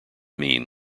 mean